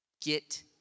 get